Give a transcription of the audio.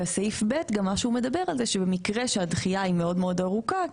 וסעיף (ב) מדבר על מקרה שהדחייה היא מאוד מאוד ארוכה,